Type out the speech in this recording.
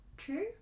True